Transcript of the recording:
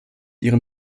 ihrem